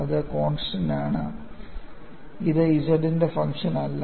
അത് കോൺസ്റ്റൻസ് ആണ് ഇത് Z ന്റെ ഫംഗ്ഷൻ അല്ല